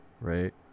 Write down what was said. Right